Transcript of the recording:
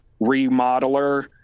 remodeler